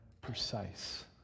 precise